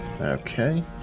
Okay